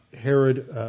Herod